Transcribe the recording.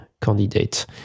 candidates